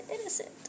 Innocent